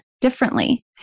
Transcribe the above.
differently